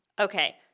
Okay